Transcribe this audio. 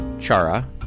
Chara